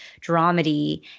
dramedy